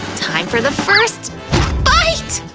time for the first bite!